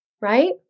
right